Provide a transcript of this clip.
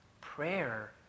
prayer